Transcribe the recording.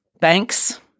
Banks